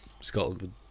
Scotland